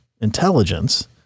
intelligence